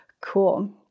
Cool